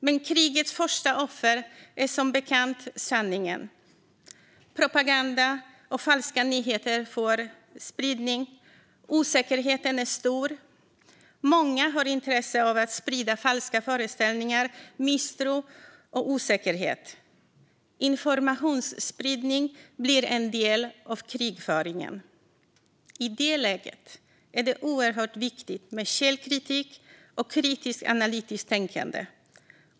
Men krigets första offer är som bekant sanningen. Propaganda och falska nyheter får spridning. Osäkerheten är stor. Många har intresse av att sprida falska föreställningar, misstro och osäkerhet. Informationsspridning blir en del av krigföringen. I det läget är det oerhört viktigt med källkritik och kritiskt analytiskt tänkande.